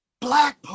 Black